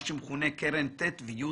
מה שמכונה קרן ט' וי'